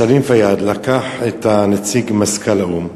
סלאם פיאד לקח את נציג מזכ"ל האו"ם,